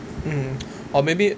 mm or maybe